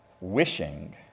wishing